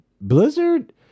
Blizzard